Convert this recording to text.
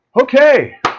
Okay